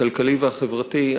הכלכלי והחברתי.